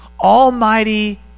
almighty